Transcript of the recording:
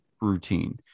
routine